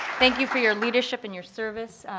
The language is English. thank you for your leadership and your service,